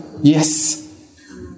Yes